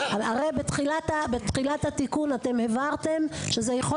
הרי בתחילת התיקון אתם הבהרתם שזה יכול